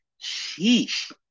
Sheesh